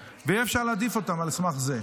אפשר יהיה להעדיף אותם על סמך זה.